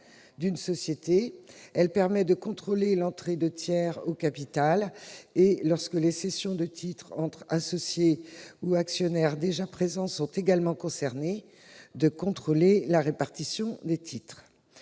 d'une société. Elle permet de contrôler l'entrée de tiers au capital et, lorsque les cessions de titres entre associés ou actionnaires déjà présents sont concernées, de contrôler aussi la répartition des titres.